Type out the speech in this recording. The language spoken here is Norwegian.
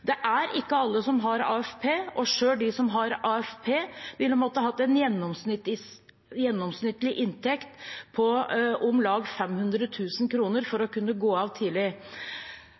Det er ikke alle som har AFP, og selv de som har AFP, ville måtte ha en gjennomsnittlig inntekt på om lag 500 000 kr for å kunne gå av tidlig.